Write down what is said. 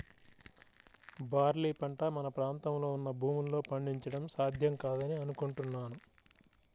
barley పంట మన ప్రాంతంలో ఉన్న భూముల్లో పండించడం సాధ్యం కాదని అనుకుంటున్నాను